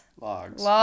logs